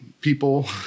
people